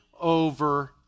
over